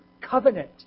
covenant